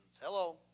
Hello